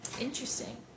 Interesting